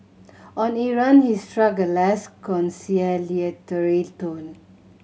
on Iran he struck a less conciliatory tone